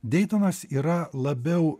deitonas yra labiau